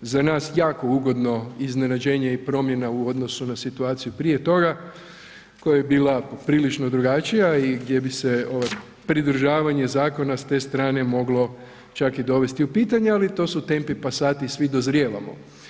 za nas jako ugodno, iznenađenje i promjena u odnosu na situaciju prije toga, koja je bila poprilično drugačija i gdje bi se ovaj pridržavanje zakona s te strane moglo čak i dovesti u pitanje, ali to su tempi passati, svi dozrijevamo.